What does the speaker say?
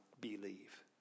believe